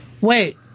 Wait